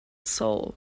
soul